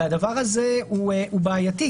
והדבר הזה הוא בעייתי.